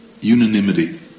unanimity